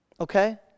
Okay